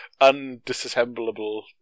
undisassemblable